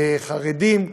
לחרדים,